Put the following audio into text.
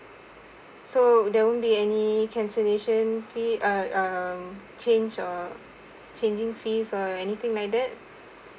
so there won't be any cancellation fee uh um change or charging fee or anything minded